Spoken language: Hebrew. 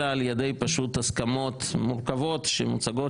אלא על ידי פשוט הסכמות מורכבות שמוצגות